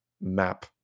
map